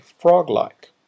frog-like